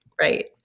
right